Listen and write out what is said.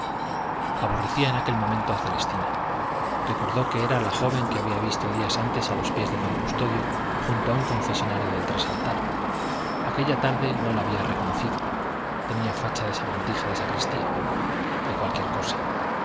en aquel momento a celestina recordó que era la joven que había visto días antes a los pies de don custodio junto a un confesonario del trasaltar aquella tarde no la había reconocido tenía facha de sabandija de sacristía de cualquier cosa